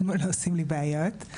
לא עושים לי בעיות.